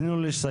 תני לו לסיים.